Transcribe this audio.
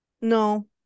no